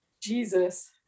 Jesus